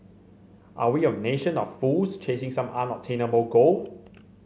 are we a nation of fools chasing some unobtainable goal